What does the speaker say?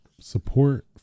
support